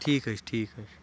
ٹھیٖک حٕظ چھُ ٹھیٖک حٕظ چھُ